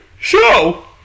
Show